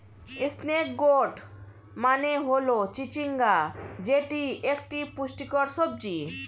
snake gourd মানে হল চিচিঙ্গা যেটি একটি পুষ্টিকর সবজি